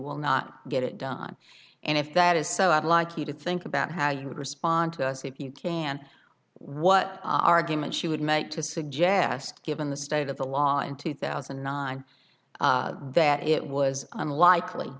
will not get it done and if that is so i'd like you to think about how you would respond to us if you can what argument she would make to suggest given the state of the law in two thousand and nine that it was unlikely